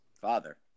father